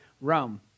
Rome